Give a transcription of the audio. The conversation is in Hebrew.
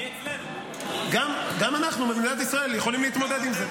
מרב, שאלה מצוינת, ואני אענה לך.